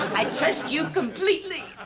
i trust you completely.